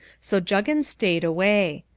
so juggins stayed away.